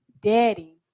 Daddy